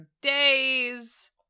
days